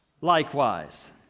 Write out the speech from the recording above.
likewise